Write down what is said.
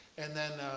and then